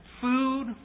Food